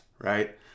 right